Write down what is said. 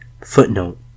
Footnote